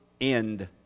end